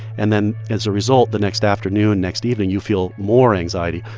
and then, as a result, the next afternoon, next evening, you feel more anxiety,